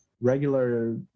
regular